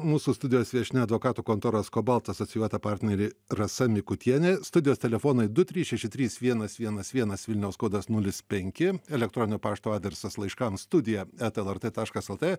mūsų studijos viešnia advokatų kontoros kobalt asocijuota partnerė rasa mikutienė studijos telefonai du trys šeši trys vienas vienas vienas vilniaus kodas nulis penki elektroninio pašto adresas laiškam studija eta lrt taškas lt